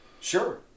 sure